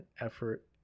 effort